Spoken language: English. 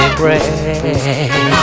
break